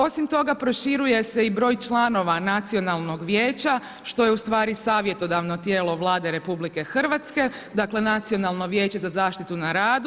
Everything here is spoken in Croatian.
Osim toga proširuje se i broj članova nacionalnog vijeća što je ustvari savjetodavno tijelo Vlade RH, dakle Nacionalno vijeće za zaštitu na radu.